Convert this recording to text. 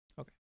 Okay